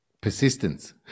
persistence